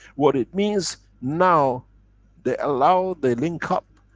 what it means, now they allow, they linkup,